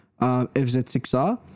FZ6R